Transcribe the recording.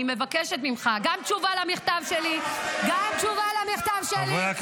אני מבקשת ממך גם תשובה על המכתב שלי -- מי הפך את זה?